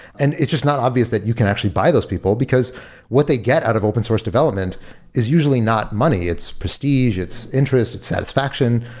and it's not obvious that you can actually buy those people, because what they get out of open source development is usually not money. its prestige, it's interest, it's satisfaction.